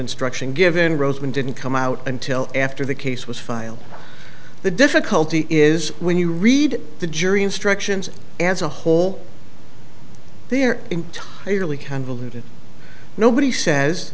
instruction given roseman didn't come out until after the case was filed the difficulty is when you read the jury instructions as a whole they're entirely convoluted nobody says